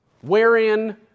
wherein